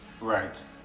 Right